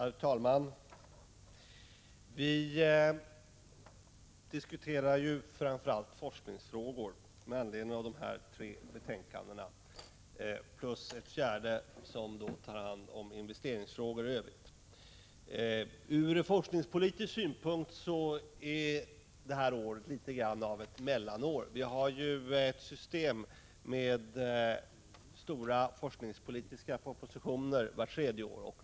Herr talman! Vi diskuterar framför allt forskningsfrågor, med anledning av de tre betänkanden som nu är aktuella. Ett fjärde handlar om investerings 93 frågor i övrigt. Ur forskningspolitisk synpunkt är det här året litet grand av ett mellanår. Vi har ju ett system med stora forskningspolitiska propositioner vart tredje år.